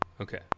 okay